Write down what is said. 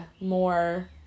more